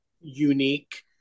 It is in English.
unique